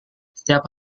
setiap